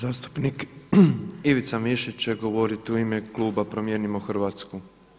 Zastupnik Ivica Mišić će govorit u ime kluba Promijenimo Hrvatsku.